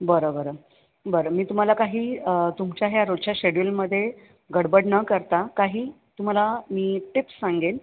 बरं बरं बरं मी तुम्हाला काही तुमच्या ह्या रोजच्या शेड्युलमध्ये गडबड न करता काही तुम्हाला मी टिप्स सांगेन